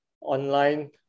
online